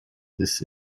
this